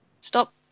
Stop